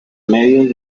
medios